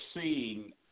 seeing